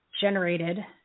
generated